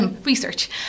research